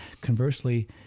conversely